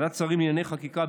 ועדת השרים לענייני חקיקה,